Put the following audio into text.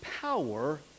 power